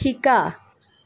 শিকা